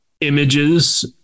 images